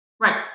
Right